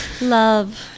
Love